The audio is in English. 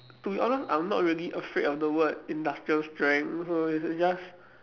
to be honest I'm not really afraid of the word industrial strength so it's it's just